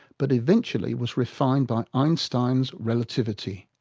but eventually was refined by einstein's relativity.